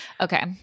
Okay